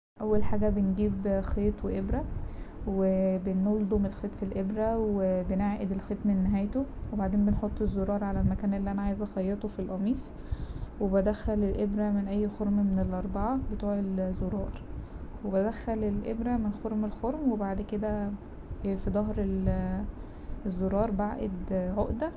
اول حاجة بنجيب خيط وابره وبنلضم الخيط في الأبره وبنعقد الخيط من نهايته وبعدين بنحط الزرار على المكان اللي انا عايز أخيطه في القميص وبدخل الأبره من اي خرم من الأربعة بتوع الزرار وبدخل الأبره من خرم الخرم وبعد كده في ضهر الزرار بعقد عقدة.